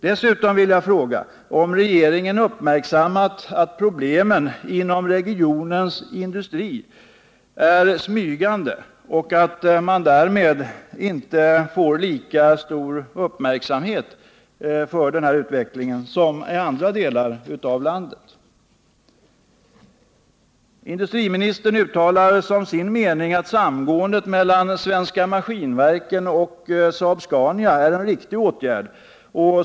Dessutom vill jag fråga om regeringen uppmärksammat att problemen inom regionens industri är smygande och att man därmed inte får lika stor uppmärksamhet för den här utvecklingen som i andra delar av landet. Industriministern uttalar som sin mening att samgåendet mellan Svenska Maskinverken och Saab-Scania är en riktig åtgärd.